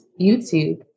YouTube